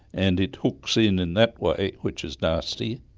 and it hooks in in that way, which is nasty,